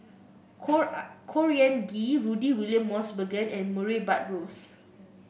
Khor Khor Ean Ghee Rudy William Mosbergen and Murray Buttrose